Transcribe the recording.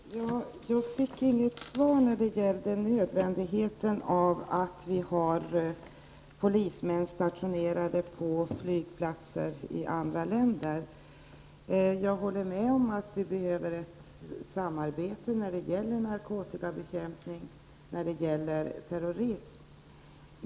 Herr talman! Jag fick inget svar på frågan om nödvändigheten av att vi har polismän stationerade på flygplatser i andra länder. Jag håller med om att vi behöver ett samarbete när det gäller narkotikabekämpning och terrorism.